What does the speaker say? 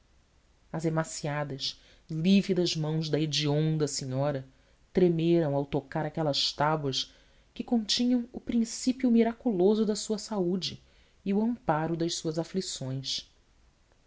senhor as emaciadas lívidas mãos da hedionda senhora tremeram ao tocar aquelas tábuas que continham o princípio miraculoso da sua saúde e o amparo das suas aflições